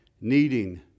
Needing